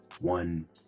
one